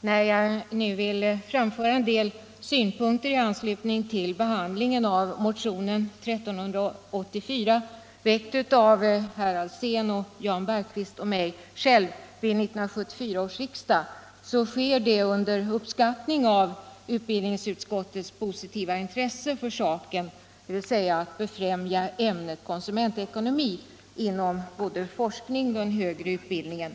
När jag vill framföra en del synpunkter i anslutning till behandlingen av motionen 1384, väckt av herrar Alsén och Bergqvist och mig själv vid 1974 års riksdag, så sker det under uppskattning av utbildningsutskottets positiva intresse för saken, dvs. att befrämja ämnet konsumentekonomi inom både forskning och den högre utbildningen.